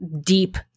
deep